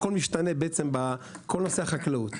כל נושא החקלאות ישתנה.